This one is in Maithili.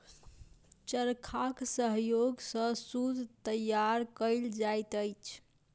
चरखाक सहयोग सॅ सूत तैयार कयल जाइत अछि